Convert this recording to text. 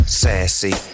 sassy